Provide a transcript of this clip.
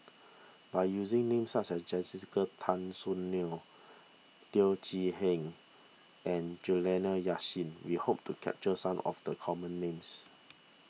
by using names such as Jessica Tan Soon Neo Teo Chee Hean and Juliana Yasin we hope to capture some of the common names